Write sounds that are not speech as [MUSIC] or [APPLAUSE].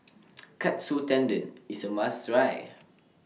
[NOISE] Katsu Tendon IS A must Try